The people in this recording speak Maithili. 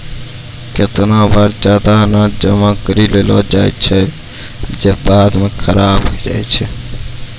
केतना बार जादा अनाज जमा करि लेलो जाय छै जे बाद म खराब होय जाय छै